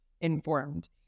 informed